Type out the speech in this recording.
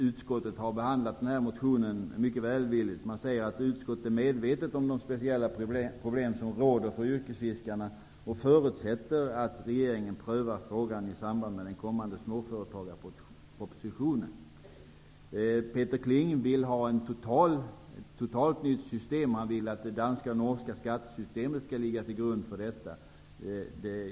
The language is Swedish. Utskottet har behandlat denna motion mycket välvilligt. I betänkandet säger man: ''Utskottet är medvetet om de speciella problem som råder för yrkesfiskarna och förutsätter att regeringen prövar frågan i samband med den kommande småföretagarpropositionen.'' Peter Kling vill ha ett totalt nytt system. Han vill att det danska och norska skattesystemet skall ligga till grund för detta.